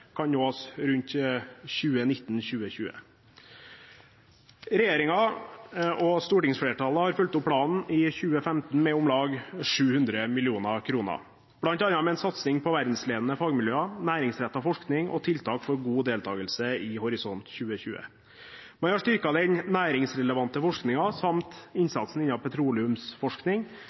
kan nås rundt 2019–2020. Regjeringen og stortingsflertallet har fulgt opp planen i 2015 med om lag 700 mill. kr, bl.a. med en satsing på verdensledende fagmiljøer, næringsrettet forskning og tiltak for god deltagelse i Horisont 2020. Man har styrket den næringsrelevante forskningen samt